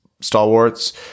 stalwarts